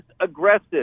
aggressive